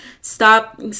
stop